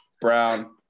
Brown